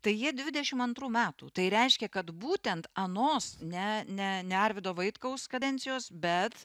tai jie dvidešim antrų metų tai reiškia kad būtent anos ne ne ne arvydo vaitkaus kadencijos bet